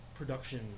Production